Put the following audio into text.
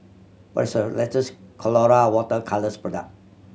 what is the latest Colora Water Colours product